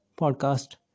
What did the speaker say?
podcast